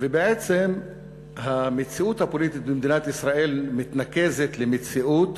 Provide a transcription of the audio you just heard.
ובעצם המציאות הפוליטית במדינת ישראל מתנקזת למציאות